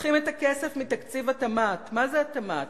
לוקחים את הכסף מתקציב התמ"ת, מה זה התמ"ת?